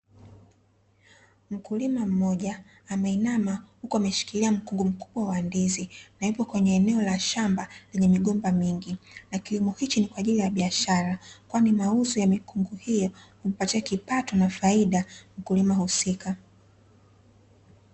Mkulima mmoja ameinama, huku ameshikilia mkungu mkubwa wa ndizi, na yupo kwenye eneo la shamba lenye migomba mingi. Na kilimo hiki ni kwa ajili ya biashara, kwani mauzo ya mikungu hiyo humpatia kipato na faida mkulima husika.